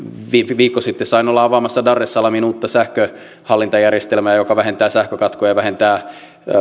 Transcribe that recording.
viikko sitten sain olla avaamassa dar es salaamiin uutta sähkönhallintajärjestelmää joka vähentää sähkökatkoja ja vähentää